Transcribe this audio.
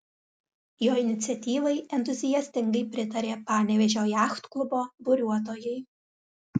jo iniciatyvai entuziastingai pritarė panevėžio jachtklubo buriuotojai